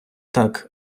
так